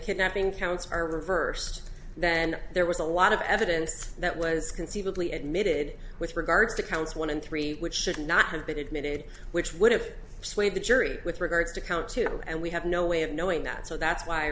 kidnapping counts are reversed then there was a lot of evidence that was conceivably admitted with regards to counts one and three which should not have been admitted which would have swayed the jury with regards to count two and we have no way of knowing that so that's why i